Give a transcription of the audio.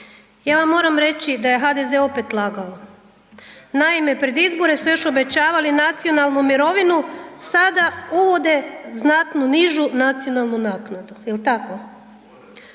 Ja vam moram reći da je HDZ opet lagao, naime, pred izbore su još obećavali nacionalnu mirovinu, sada uvode znatno nižu nacionalnu naknadu, jel tako?